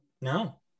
No